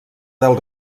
del